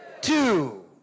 two